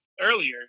earlier